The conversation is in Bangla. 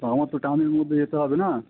তা আমার তো টাইমের মধ্যে যেতে হবে না